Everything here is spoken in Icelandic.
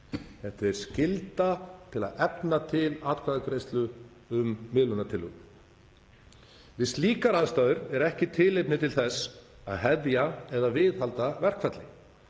stéttarfélög til þess að efna til atkvæðagreiðslu um miðlunartillögu. Við slíkar aðstæður er ekki tilefni til þess að hefja eða viðhalda verkfalli,